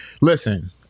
listen